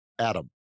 Adam